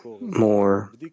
more